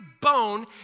bone